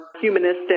humanistic